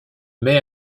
mai